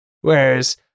whereas